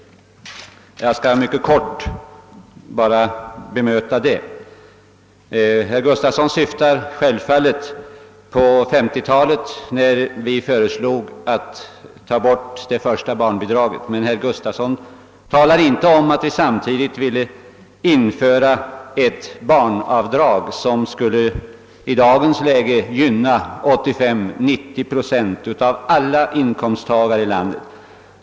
Jag skall bara mycket kort bemöta det. Herr Gustavsson syftar självfallet på 1950-talet, när högern föreslog att ta bort det första barnbidraget. Men herr Gustavsson talar inte om att vi samtidigt ville införa ett barnavdrag, som i dagens läge skulle gynna 85—90 procent av alla inkomsttagare i landet.